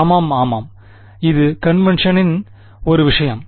ஆமாம் ஆமாம் இது கன்வெண்க்ஷனின் ஒரு விஷயம்